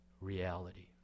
reality